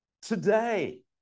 Today